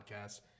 podcast